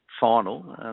final